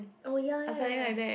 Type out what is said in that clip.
oh ya ya ya